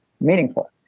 meaningful